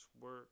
work